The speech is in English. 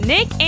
Nick